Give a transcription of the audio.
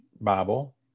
Bible